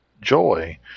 joy